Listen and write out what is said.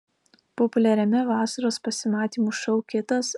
populiariame vasaros pasimatymų šou kitas